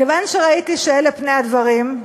כיוון שראיתי שאלה פני הדברים,